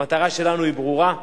המטרה שלנו היא ברורה,